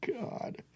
God